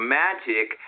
magic